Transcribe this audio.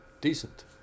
decent